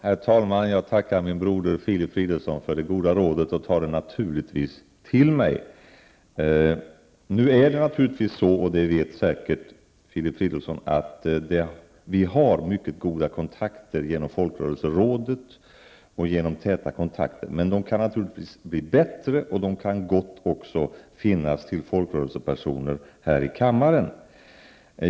Herr talman! Jag tackar min broder Filip Fridolfsson för det goda rådet och tar det naturligtvis till mig. Vi har, och det vet säkert Filip Fridolfsson, mycket goda kontakter genom Folkrörelserådet, men dessa kontakter kan naturligtvis bli bättre, och vi kan gott också ha kontakter med folkrörelsepersoner här i kammaren.